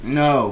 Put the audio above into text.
no